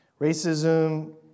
Racism